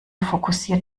fokussiert